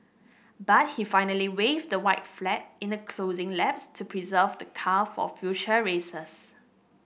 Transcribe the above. but he finally waved the white flag in the closing laps to preserve the car for future races